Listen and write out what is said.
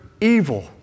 evil